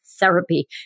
therapy